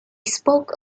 spoke